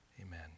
Amen